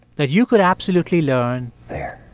that you could absolutely learn. there.